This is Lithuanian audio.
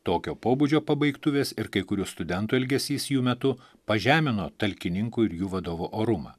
tokio pobūdžio pabaigtuvės ir kai kurių studentų elgesys jų metu pažemino talkininkų ir jų vadovo orumą